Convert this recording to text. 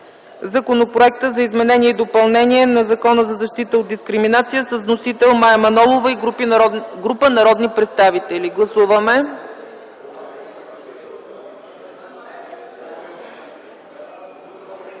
Законопроект за изменение и допълнение на Закона за защита от дискриминация, с вносител Мая Манолова и група народни представители от 28 май